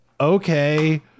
Okay